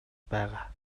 байгаа